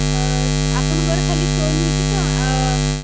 ଆପଣଙ୍କର ଖାଲି ଷ୍ଟୋନ୍ ହୋଇଛି ତ